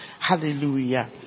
Hallelujah